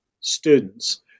students